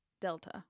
Delta